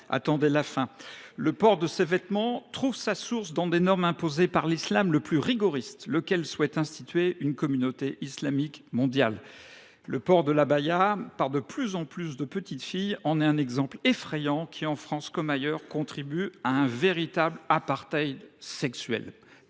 Attendez la fin !« Le port de ces vêtements trouve sa source dans des normes imposées par l’islam le plus rigoriste, lequel souhaite instituer […] une communauté islamique mondiale […]. Le port de l’abaya par de plus en plus de petites filles en est un exemple effrayant qui, en France comme ailleurs, contribue à un véritable apartheid sexuel.